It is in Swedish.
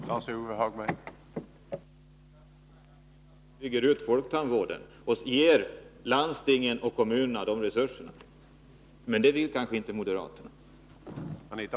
Herr talman! De chanserna kan skapas genom att man ger landstingen och kommunerna resurser för att bygga ut folktandvården. Men det vill kanske inte moderaterna göra.